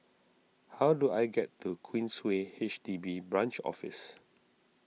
how do I get to Queensway H D B Branch Office